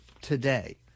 today